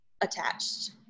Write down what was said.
attached